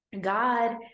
god